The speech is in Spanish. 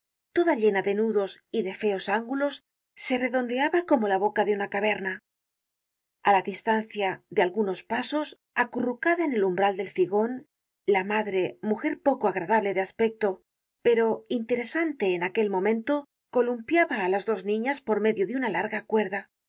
toda llena de nudos y de feos ángulos se redondeada como la boca de una caverna a la distancia de algunos pasos acurrucada en el umbral del figon la madre mujer de poco agradable aspecto pero interesante en aquel momento columpiaba á las dos niñas por medio de una larga cuerda